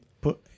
put